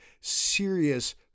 serious